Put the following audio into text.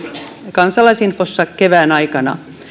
kansalaisinfossa kevään aikana